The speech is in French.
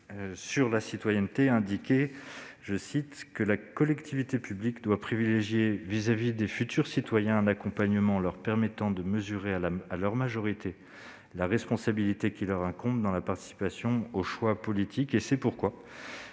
qui estime, à juste titre, que « la collectivité publique doit [...] privilégier vis-à-vis des futurs citoyens un accompagnement leur permettant de mesurer, à leur majorité, la responsabilité qui leur incombe dans la participation aux choix politiques ». C'est pourquoi